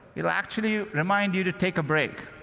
it'll actually remind you to take a break.